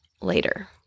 later